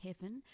heaven